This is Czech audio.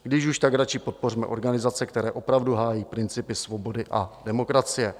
Když už, tak radši podpořme organizace, které opravdu hájí principy svobody a demokracie.